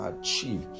achieve